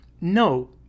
no